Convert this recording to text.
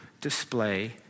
display